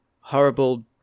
horrible